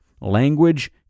language